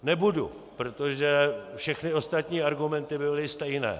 Nebudu, protože všechny ostatní argumenty by byly stejné.